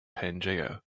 pangaea